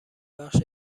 بخش